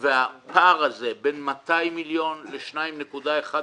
והפער הזה בין 200 מיליון ל-2.1 מיליארד,